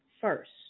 first